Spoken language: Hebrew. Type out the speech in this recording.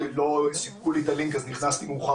לא סיפקו לי הלינק אז נכנסתי מאוחר